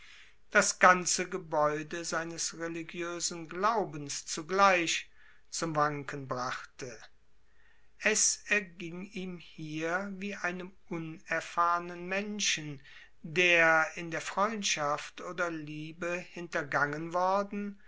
das ganze gebäude seines religiösen glaubens zugleich zum wanken brachte es erging ihm hier wie einem unerfahrnen menschen der in der freundschaft oder liebe hintergangen worden